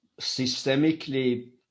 systemically